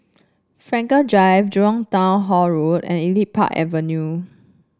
Frankel Drive Jurong Town Hall Road and Elite Park Avenue